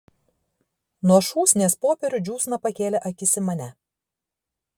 nuo šūsnies popierių džiūsna pakėlė akis į mane